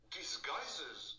disguises